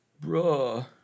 Bruh